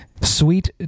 Sweet